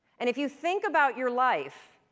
and if you think about your life,